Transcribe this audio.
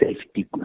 safety